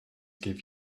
give